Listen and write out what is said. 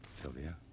Sylvia